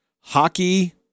Hockey